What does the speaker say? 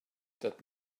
that